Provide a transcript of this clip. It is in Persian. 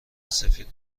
سفید